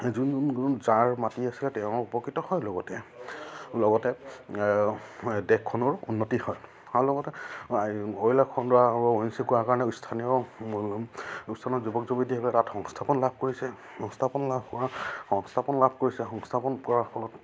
যোন যোন যাৰ মাটি আছিলে তেওঁ উপকৃত হয় লগতে লগতে দেশখনৰ উন্নতি হয় আৰু লগতে অইলে খন্দোৱা আৰু অ' এন জি চি কৰাৰ কাৰণে স্থানীয় স্থানীয় যুৱক যুৱতীয়ে হ'লে তাত সংস্থাপন লাভ কৰিছে সংস্থাপন লাভ কৰা সংস্থাপন লাভ কৰিছে সংস্থাপন কৰাৰ ফলত